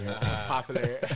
popular